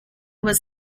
was